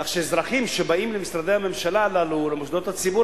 כך שאזרחים שבאים למשרדי הממשלה הללו,